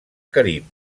carib